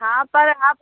हाँ पर आप